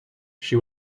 she